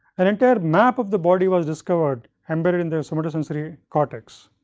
and entire map of the body was discovered embedded in the somatosensory cortex.